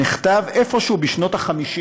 נכתב איפשהו בשנות ה-50